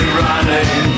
running